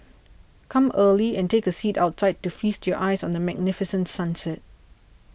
come early and take a seat outside to feast your eyes on the magnificent sunset